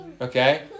Okay